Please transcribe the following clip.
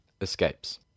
escapes